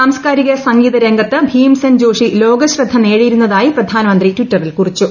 സാംസ്കാരിക സംഗീതരംഗത്ത് ഭീം സെൻ ജോഷി ലോകശ്രദ്ധ നേടിയിരുന്നതായി പ്രധാനമന്ത്രി ട്വിറ്ററിൽ കുറിച്ചു